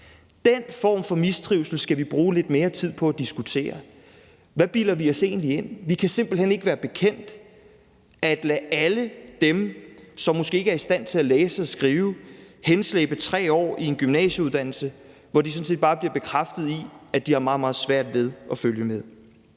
Den form for mistrivsel skal vi bruge lidt mere tid på at diskutere. Hvad bilder vi os egentlig ind? Vi kan simpelt hen ikke være bekendt at lade alle dem, som måske ikke er i stand til at læse og skrive, henslæbe 3 år i en gymnasieuddannelse, hvor de sådan set bare bliver bekræftet i, at de har meget, meget svært ved at følge med.